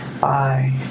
Bye